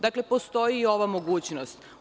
Dakle, postoji i ova mogućnost.